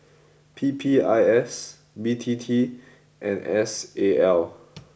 P P I S B T T and S A L